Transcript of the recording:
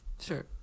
Sure